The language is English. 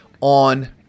on-